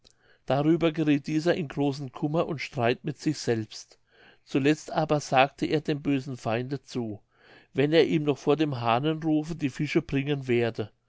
darüber gerieth dieser in großen kummer und streit mit sich selbst zuletzt aber sagte er dem bösen feinde zu wenn er ihm noch vor dem hahnenrufe die fische bringen werde